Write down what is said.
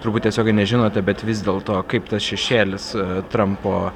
turbūt tiesiogiai nežinote bet vis dėlto kaip tas šešėlis trampo